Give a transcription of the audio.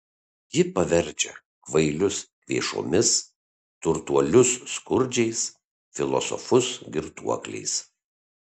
ji paverčia kvailius kvėšomis turtuolius skurdžiais filosofus girtuokliais